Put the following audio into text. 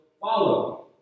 follow